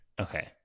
Okay